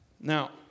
Now